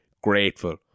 grateful